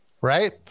Right